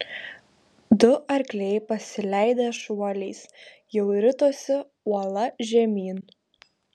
du arkliai pasileidę šuoliais jau ritosi uola žemyn